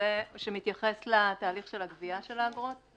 שמתייחס לתהליך הגבייה של האגרות.